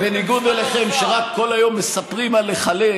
אנחנו, בניגוד אליכם, שרק כל היום מספרים על לחלק,